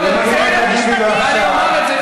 כשהם מקבלים החלטות שתואמות את השקפת עולמכם.